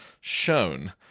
shown